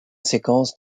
séquence